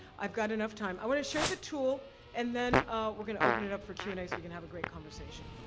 i've got enough time. i wanna share the tool and then we're gonna open it up for q and a, so we can have a great conversation.